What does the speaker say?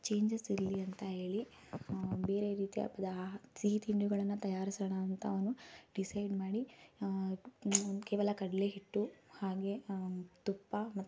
changes ಇರಲಿ ಅಂತ ಹೇಳಿ ಬೇರೆ ರೀತಿಯ ಪದ ಆಹಾ ಸಿಹಿ ತಿಂಡಿಗಳನ್ನು ತಯಾರಿಸೋಣ ಅಂತ ಅವನು ಡಿಸೈಡ್ ಮಾಡಿ ಕೇವಲ ಕಡಲೇ ಹಿಟ್ಟು ಹಾಗೆ ತುಪ್ಪ ಮತ್ತು